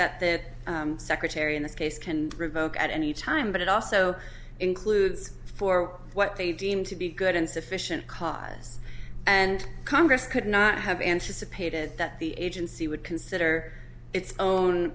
say that the secretary in this case can revoke at any time but it also includes for what they deem to be good and sufficient cause and congress could not have anticipated that the agency would consider its own